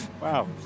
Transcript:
Wow